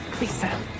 lisa